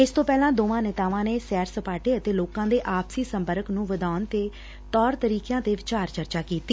ਇਸ ਤੋਂ ਪਹਿਲਾਂ ਦੋਹਾਂ ਨੇਤਾਵਾਂ ਨੇ ਸੈਰ ਸਪਾਟੇ ਅਤੇ ਲੋਕਾਂ ਦੇ ਆਪਸੀ ਸੰਪਰਕ ਨੰ ਵਧਾਉਣ ਦੇ ਤੌਰ ਤਰੀਕਿਆਂ ਤੇ ਵਿਚਾਰ ਚਰਚਾ ਕੀਤੀ